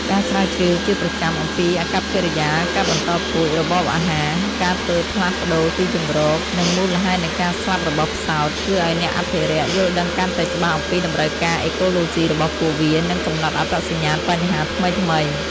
ការស្រាវជ្រាវជាប្រចាំអំពីអាកប្បកិរិយា ការបន្តពូជ របបអាហារ ការធ្វើផ្លាស់ប្តូរទីជម្រក និងមូលហេតុនៃការស្លាប់របស់ផ្សោត ជួយឱ្យអ្នកអភិរក្សយល់ដឹងកាន់តែច្បាស់អំពីតម្រូវការអេកូឡូស៊ីរបស់ពួកវា និងកំណត់អត្តសញ្ញាណបញ្ហាថ្មីៗ។